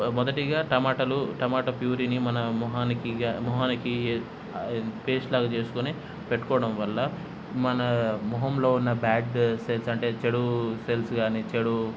మొదటిగా టమాటాలు టమోటా ప్యూరిని మన మొహానికి గా మొహానికి పేస్ట్ లాగా చేసుకోని పెట్టుకోవడం వల్ల మన మొహంలో ఉన్న బ్యాడ్ సెల్స్ అంటే చెడు సెల్స్ కాని చెడు